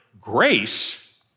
Grace